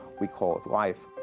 we call it life.